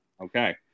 Okay